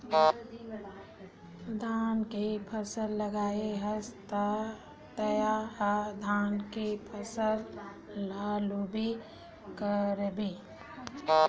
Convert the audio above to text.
धान के फसल लगाए हस त तय ह धान के फसल ल लूबे करबे